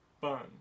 fun